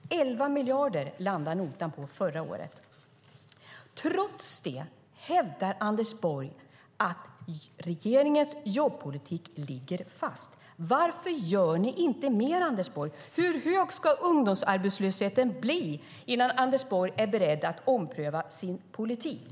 11 miljarder landade notan på förra året. Trots detta hävdar Anders Borg att regeringens jobbpolitik ligger fast. Varför gör ni inte mer, Anders Borg? Hur hög ska ungdomsarbetslösheten bli innan Anders Borg är beredd att ompröva sin politik?